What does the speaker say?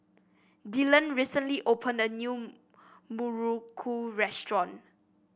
Dylan recently opened a new muruku restaurant